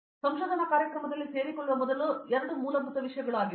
ಆದ್ದರಿಂದ ನೀವು ಸಂಶೋಧನಾ ಕಾರ್ಯಕ್ರಮದಲ್ಲಿ ಸೇರಿಕೊಳ್ಳುವ ಮೊದಲು ಈ ಎರಡು ವಿಷಯಗಳು ಮೂಲಭೂತ ವಿಷಯಗಳಾಗಿವೆ